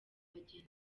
bagenzi